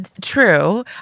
true